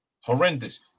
horrendous